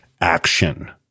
action